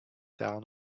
down